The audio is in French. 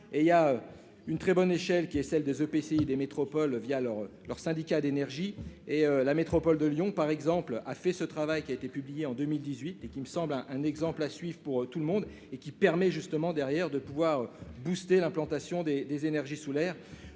il y a une très bonne échelle qui est celle des EPCI des métropoles via leur leur syndicat d'énergie et la métropole de Lyon par exemple, a fait ce travail qui a été publié en 2018 et qui me semble, hein, un exemple à suivre pour tout le monde et qui permet justement derrière de pouvoir boosté l'implantation des des énergies solaires,